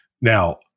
Now